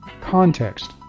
context